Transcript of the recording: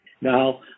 Now